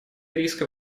риска